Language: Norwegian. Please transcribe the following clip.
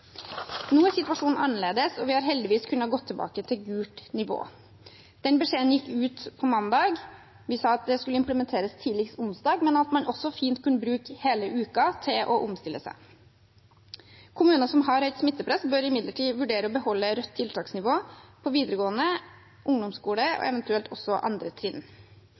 Nå er situasjonen annerledes, og vi har heldigvis kunnet gå tilbake til gult nivå. Den beskjeden gikk ut på mandag. Vi sa at det skulle implementeres tidligst onsdag, men at man også fint kunne bruke hele uken til å omstille seg. Kommuner som har stort smittepress, bør imidlertid vurdere å beholde rødt tiltaksnivå for videregående, ungdomsskole og eventuelt også andre trinn.